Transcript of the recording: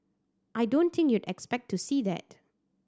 I don't think you expect to see that